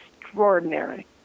extraordinary